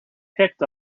picked